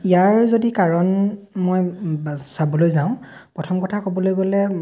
ইয়াৰ যদি কাৰণ মই চাবলৈ যাওঁ প্ৰথম কথা ক'বলৈ গ'লে